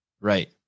right